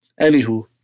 Anywho